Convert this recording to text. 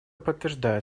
подтверждает